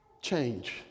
change